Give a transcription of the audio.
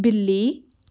ਬਿੱਲੀ